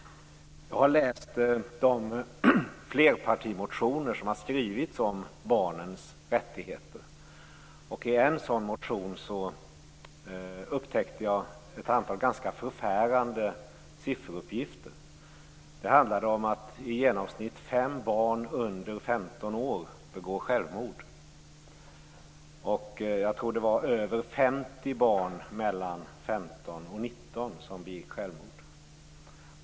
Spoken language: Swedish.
Jag har läst de flerpartimotioner som har skrivits om barnens rättigheter. I en sådan motion upptäckte jag ett antal ganska förfärande sifferuppgifter. I genomsnitt begår 5 barn under 15 år självmord. Om jag minns rätt är det mer än 50 barn mellan 15 och 19 år som begår självmord.